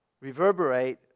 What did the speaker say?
reverberate